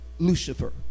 Lucifer